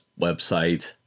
website